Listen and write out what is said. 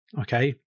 Okay